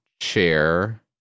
chair